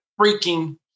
freaking